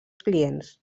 clients